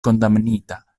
kondamnita